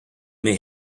may